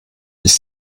dich